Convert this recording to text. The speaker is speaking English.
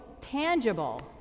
tangible